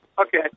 okay